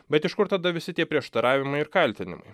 bet iš kur tada visi tie prieštaravimai ir kaltinimai